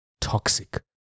toxic